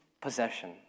possession